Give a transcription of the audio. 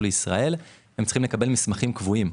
לישראל הם צריכים לקבל מסמכים קבועים.